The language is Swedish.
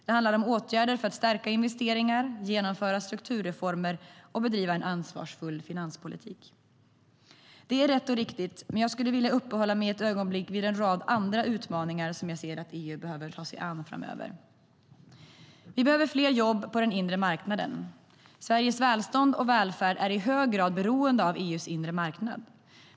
Det handlar om åtgärder för att stärka investeringar, genomföra strukturreformer och bedriva en ansvarsfull finanspolitik. Vi behöver fler jobb på den inre marknaden. Sveriges välstånd och välfärd är i hög grad beroende av EU:s inre marknad.